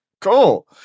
cool